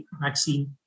vaccine